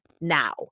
now